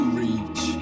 reach